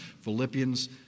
Philippians